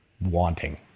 wanting